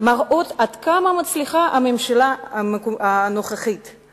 מראה עד כמה הממשלה הנוכחית מצליחה.